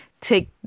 take